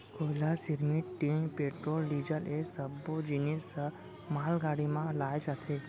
कोयला, सिरमिट, tin, petrol, diesel ए सब्बो जिनिस ह मालगाड़ी म लाए जाथे